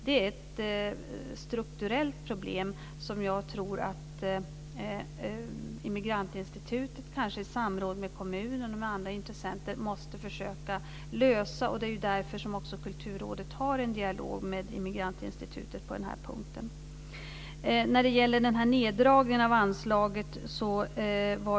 Det är ett strukturellt problem som jag tror att Immigrantinstitutet, kanske i samråd med kommunen och andra intressenter, måste försöka lösa. Det är därför som Kulturrådet har en dialog med Immigrantinstitutet på den punkten.